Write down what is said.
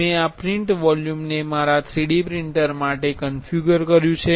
મેં આ પ્રિંટ વોલ્યુમને મારા 3D પ્રિંટર માટે કંફિગર કર્યુ છે